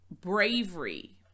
bravery